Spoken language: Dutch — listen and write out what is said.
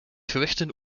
gewichten